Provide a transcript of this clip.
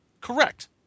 Correct